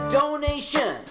donation